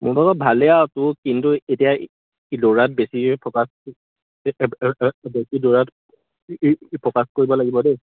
মোৰ ভাগৰ ভালেই আৰু তোৰ কিন্তু এতিয়া এই দৌৰাত বেছি ফ'কাছ বেছি দৌৰাত ফ'কাছ কৰিব লাগিব দেই